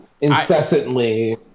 incessantly